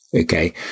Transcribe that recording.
okay